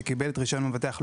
שקיבל את רישיון המבטח,